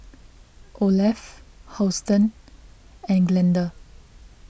Olaf Houston and Glenda